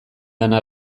lana